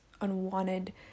unwanted